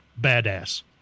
badass